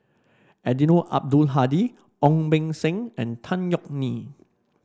Eddino Abdul Hadi Ong Beng Seng and Tan Yeok Nee